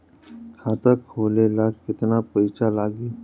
खाता खोले ला केतना पइसा लागी?